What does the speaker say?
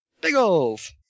Biggles